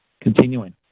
continuing